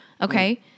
Okay